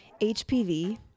HPV